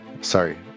Sorry